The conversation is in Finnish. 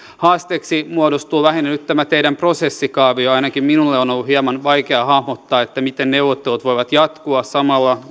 haasteeksi muodostuu lähinnä nyt tämä teidän prosessikaavionne ainakin minulle on ollut hieman vaikea hahmottaa miten neuvottelut voivat jatkua samalla